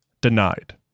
Denied